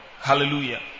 Hallelujah